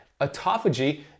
Autophagy